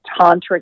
tantric